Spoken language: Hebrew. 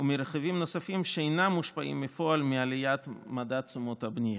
וממרכיבים נוספים שאינם מושפעים בפועל מעליית מדד תשומות הבנייה.